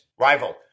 Rival